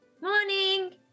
Morning